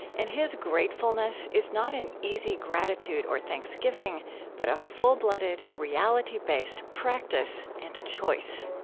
and his gratefulness is not an easy gratitude or thanksgiving but a full-blooded, reality-based practice and choice